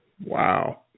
Wow